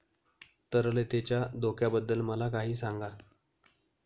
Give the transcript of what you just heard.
तरलतेच्या धोक्याबद्दल मला काही सांगा